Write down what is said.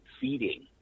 feeding